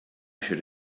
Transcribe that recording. should